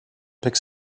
pick